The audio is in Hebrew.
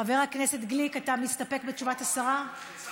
חבר הכנסת גליק, אתה מסתפק בתשובת השרה?